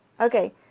Okay